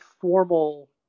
formal